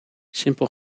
simpel